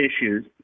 issues